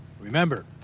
Remember